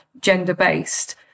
gender-based